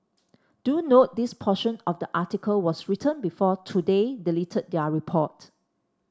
do note this portion of the article was written before today deleted their report